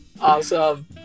Awesome